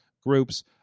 groups